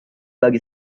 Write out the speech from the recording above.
bagi